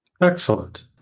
Excellent